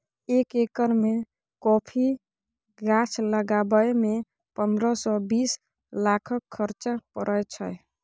एक एकर मे कॉफी गाछ लगाबय मे पंद्रह सँ बीस लाखक खरचा परय छै